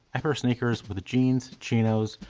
i wear sneakers with jeans, chinos,